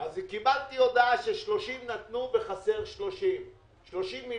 קיבלתי הודעה ש-30 נתנו ושחסרים 30. אדוני השר,